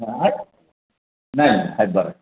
काय नाही आहे बरा आहे